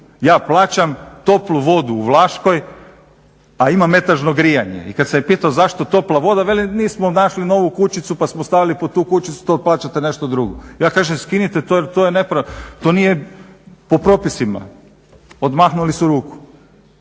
Ja plaćam toplu vodu u Vlaškoj, a imam etažno grijanje i kad sam pitao zašto topla voda, veli nismo našli novu kućicu pa smo stavili pod tu kućicu, to plaćate nešto drugo. Ja kažem skinite to jer to nije po propisima, odmahnuli su rukom.